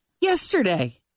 Yesterday